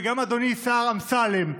וגם אדוני השר אמסלם,